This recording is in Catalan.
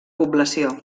població